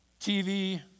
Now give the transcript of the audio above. TV